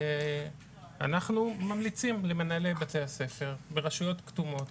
אנחנו ממליצים למנהלי בתי הספר ברשויות כתומות,